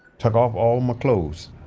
took off all my clothes,